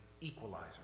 equalizer